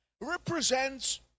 represents